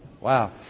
Wow